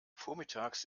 vormittags